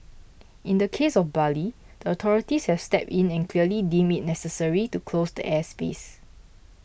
in the case of Bali the authorities have stepped in and clearly deemed it necessary to close the airspace